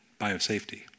biosafety